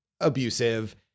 abusive